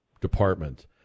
department